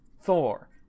Thor